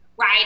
Right